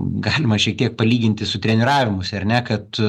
galima šiek tiek palyginti su treniravimusi ar ne kad